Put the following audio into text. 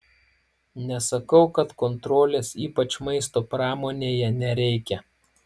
nesakau kad kontrolės ypač maisto pramonėje nereikia